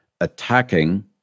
attacking